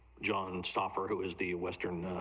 john schaffer it it was the western